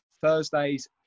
Thursdays